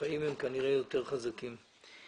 החיים כנראה חזקים יותר.